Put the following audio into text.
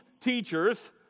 teachers